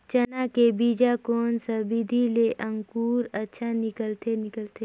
चाना के बीजा कोन सा विधि ले अंकुर अच्छा निकलथे निकलथे